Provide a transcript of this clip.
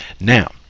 now